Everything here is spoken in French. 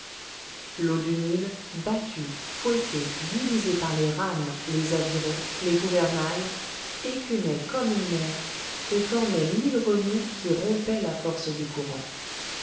l'eau du nil battue fouettée divisée par les rames les avirons les gouvernails écumait comme une mer et formait mille remous qui rompaient la force du courant